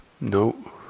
no